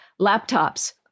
Laptops